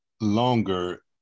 longer